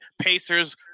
pacers